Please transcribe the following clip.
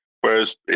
whereas